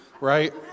Right